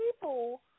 people